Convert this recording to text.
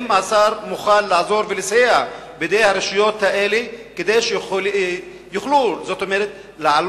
האם השר מוכן לעזור ולסייע בידי הרשויות האלה כדי שיוכלו לעלות,